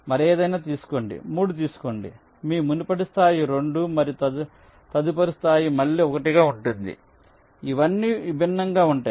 మరేదైనా తీసుకోండి 3 తీసుకోండి మీ మునుపటి స్థాయి 2 మరియు తదుపరి స్థాయి మళ్ళీ 1 గా ఉంటుంది ఇవన్నీ విభిన్నంగా ఉంటాయి